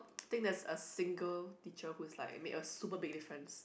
think there is a single teacher who is like make a super big difference